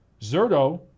Zerto